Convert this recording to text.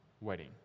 wedding